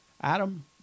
Adam